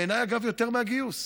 בעיניי, אגב, יותר מהגיוס.